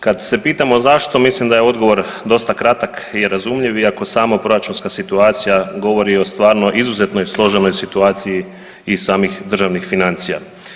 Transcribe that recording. Kad se pitamo zašto, mislim da je odgovor dosta kratak i razumljiv i ako samo proračunska situacija govori o stvarno izuzetno složenoj situaciji i samih državnih financija.